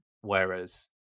Whereas